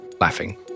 laughing